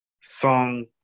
song